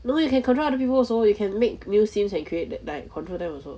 no you can control other people also you can make new sims and create that type control them also